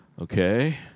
okay